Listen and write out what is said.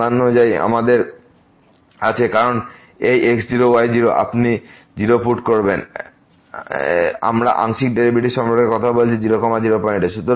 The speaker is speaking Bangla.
সংজ্ঞা অনুযায়ী আমাদের আছে কারণ এই x0y0 আপনি 0 পুট করবেন আমরা আংশিক ডেরিভেটিভস সম্পর্কে কথা বলছি 0 0 পয়েন্টে